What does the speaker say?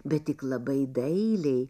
bet tik labai dailiai